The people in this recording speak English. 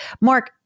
Mark